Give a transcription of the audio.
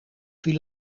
viel